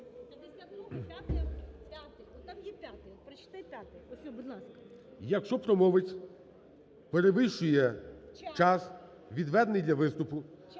"Якщо промовець перевищує час, відведений для виступу,